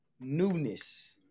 newness